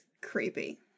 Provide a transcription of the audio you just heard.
creepy